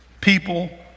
people